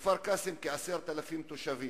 בכפר-קאסם כ-10,000 תושבים,